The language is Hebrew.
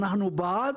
אנחנו בעד,